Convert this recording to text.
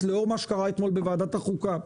לאור מה שקרה אתמול בוועדת החוקה,